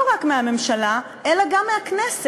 הביטחון להקה צבאית המשותפת לנשים ולגברים בלהקה שבה שרים גברים